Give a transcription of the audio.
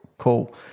Cool